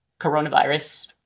coronavirus